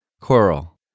Coral